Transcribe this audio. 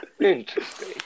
interesting